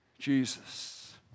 Jesus